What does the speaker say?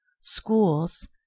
schools